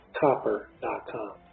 copper.com